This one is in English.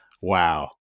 Wow